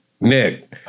Nick